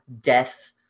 death